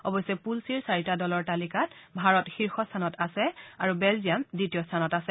অৱশ্যে পুল চিৰ চাৰিটা দলৰ তালিকাত ভাৰত শীৰ্য স্থানত আছে আৰু বেলজিয়াম দ্বিতীয় স্থানত আছে